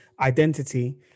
identity